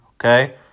okay